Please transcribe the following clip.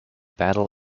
battle